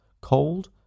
cold